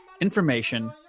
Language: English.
information